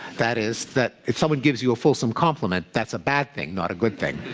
that is, that if someone gives you a fulsome compliment, that's a bad thing, not a good thing.